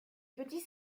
petit